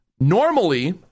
Normally